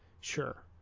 Sure